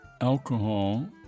alcohol